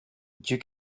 you